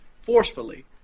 forcefully